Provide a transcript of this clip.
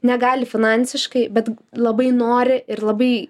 negali finansiškai bet labai nori ir labai